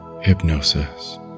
hypnosis